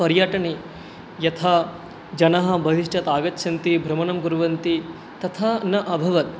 पर्यटने यथा जनाः बहिष्टात् आगच्छन्ति भ्रमणं कुर्वन्ति तथा न अभवत्